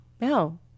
no